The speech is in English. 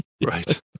Right